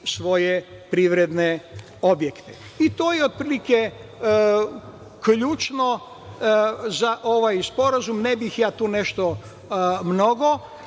svoje privredne objekte. To je otprilike ključno za ovaj sporazum. Ne bih nešto mnogo